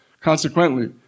Consequently